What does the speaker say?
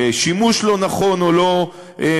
של שימוש לא נכון או לא מקצועי.